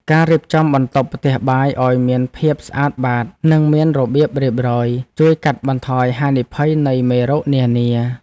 ការរៀបចំបន្ទប់ផ្ទះបាយឱ្យមានភាពស្អាតបាតនិងមានរបៀបរៀបរយ ជួយកាត់បន្ថយហានិភ័យនៃមេរោគនានា។